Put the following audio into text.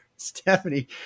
Stephanie